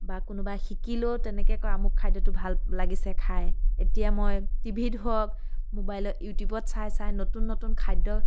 বা কোনোবাই শিকিলেও তেনেকৈ কয় আমুক খাদ্যটো ভাল লাগিছে খাই এতিয়া মই টিভিত হওক ম'বাইলৰ ইউটিউবত চাই চাই নতুন নতুন খাদ্য